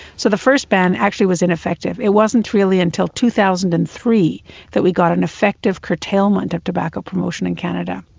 so the first ban actually was ineffective. it wasn't really until two thousand and three that we got an effective curtailment of tobacco promotion in canada.